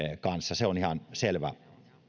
kanssa se on ihan selvä